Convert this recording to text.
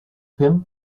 him